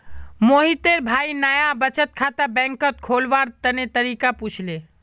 मोहितेर भाई नाया बचत खाता बैंकत खोलवार तने तरीका पुछले